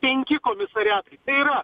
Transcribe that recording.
penki komisariatai tai yra